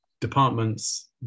departments